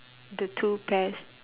the two pairs